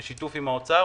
בשיתוף עם משרד האוצר.